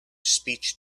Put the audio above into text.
speech